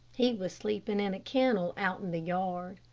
he was sleeping in a kennel, out in the yard.